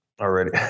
Already